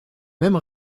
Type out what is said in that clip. mêmes